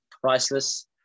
priceless